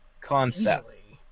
concept